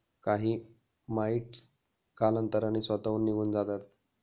काही माइटस कालांतराने स्वतःहून निघून जातात